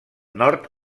nord